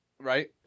Right